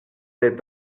des